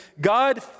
God